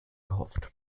gehofft